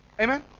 Amen